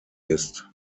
ist